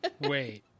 Wait